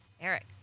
Eric